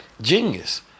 genius